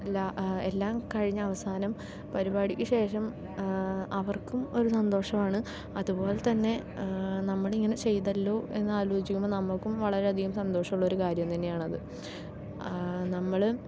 എല്ലാം കഴിഞ്ഞ് അവസാനം പരിപാടിക്ക് ശേഷം അവർക്കും ഒരു സന്തോഷമാണ് അതുപോലെത്തന്നെ നമ്മളിങ്ങനെ ചെയ്തല്ലോ എന്നാലോചിക്കുമ്പോൾ നമ്മൾക്കും വളരെയധികം സന്തോഷം ഉള്ള ഒരു കാര്യം തന്നെയാണത്